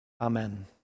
Amen